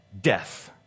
Death